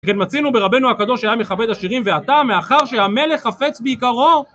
וכן מצינו ברבנו הקדוש היה מכבד השירים ואתה מאחר שהמלך חפץ בעיקרו